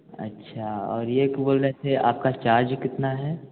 अच्छा और ये बोल रहे थे आपका चार्ज कितना है